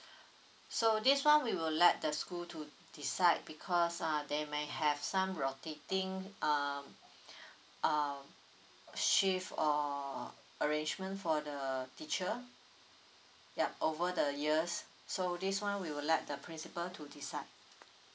so this one we will let the school to decide because uh they might have some rotating uh uh shift or arrangement for the teacher yup over the years so this one we would like let the principal to decide